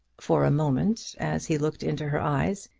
for a moment, as he looked into her eyes,